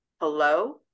Hello